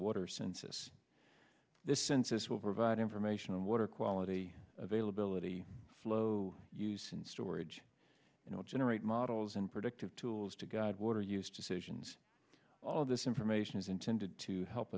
water census the census will provide information on water quality availability flow use and storage you know generate models and predictive tools to guide water use decisions all this information is intended to help